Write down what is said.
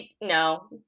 No